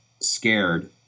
scared